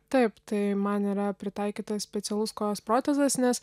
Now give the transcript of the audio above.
taip tai man yra pritaikytas specialus kojos protezas nes